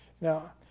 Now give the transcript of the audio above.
Now